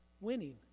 winning